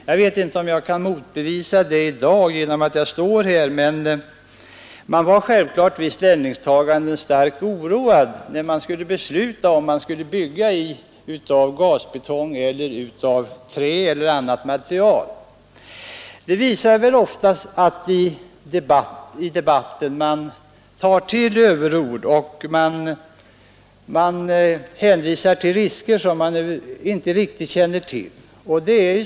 Jag vet inte om jag i dag kan motbevisa detta genom att jag står här, men självklart var jag vid ställningstagandet då starkt oroad och undrade om jag skulle bygga av gasbetong, av trä eller av något annat material. Detta visar väl att man i debatten ofta tar till överord och hänvisar till risker som man inte känner riktigt till.